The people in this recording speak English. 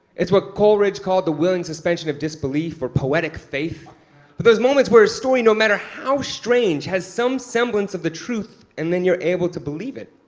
it's what coleridge called the willing suspension of disbelief or poetic faith, for those moments where a story, no matter how strange, has some semblance of the truth, and then you're able to believe it.